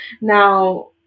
Now